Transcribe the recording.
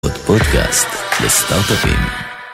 עוד פודקאסט לסטארט-אפים